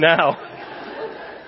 now